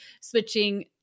switching